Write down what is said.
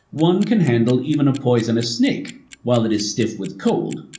one can handle even a poisonous snake while it is stiff with cold.